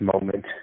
moment